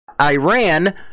Iran